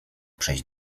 przejść